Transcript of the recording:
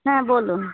হ্যাঁ বলুন